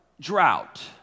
drought